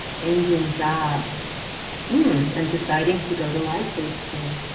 changing jobs and deciding to go to life preschool.